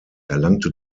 erlangte